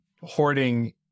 hoarding